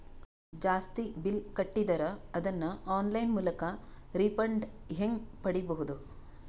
ಜಾಸ್ತಿ ಬಿಲ್ ಕಟ್ಟಿದರ ಅದನ್ನ ಆನ್ಲೈನ್ ಮೂಲಕ ರಿಫಂಡ ಹೆಂಗ್ ಪಡಿಬಹುದು?